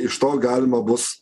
iš to galima bus